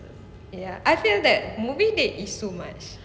ya I feel that movie date is too much